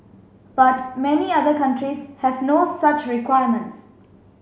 but many other countries have no such requirements